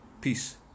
Peace